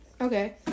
okay